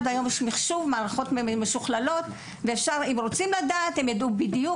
יש מערכות מחשוב משוכללות, אם ירצו לדעת יוכלו.